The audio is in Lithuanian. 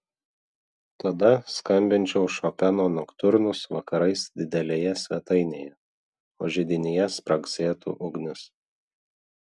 tada skambinčiau šopeno noktiurnus vakarais didelėje svetainėje o židinyje spragsėtų ugnis